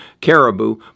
Caribou